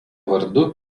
vardu